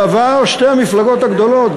בעבר שתי המפלגות הגדולות,